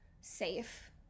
safe